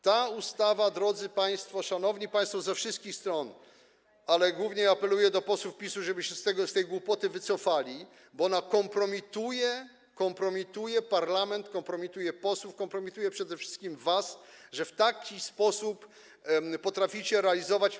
Ta ustawa, drodzy państwo, szanowni państwo ze wszystkich stron - ale głównie apeluję do posłów PiS-u, żeby się z tego, z tej głupoty wycofali - kompromituje parlament, kompromituje posłów, kompromituje przede wszystkim was, że w taki sposób potraficie to realizować.